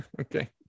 okay